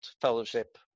fellowship